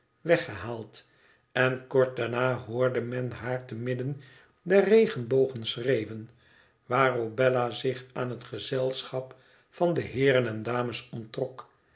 weggehaald en kort daarna hoorde men haar te midden kr regenbogen schreeuwen waarop bella zich aan het gezelschap van de heeren en dames onttrok